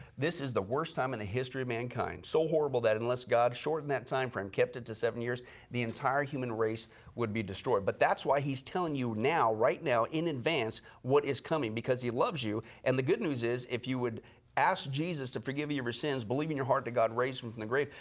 this is the worse time in the history of mankind. so horrible that unless god shortened that time frame, kept it to seven years the entire human race would be destroyed. but that's why he's telling you now, right now, in advance what is coming because he loves you. and the good news is if you would ask jesus to forgive you of your sins, believe in your heart that god raised him from the grave,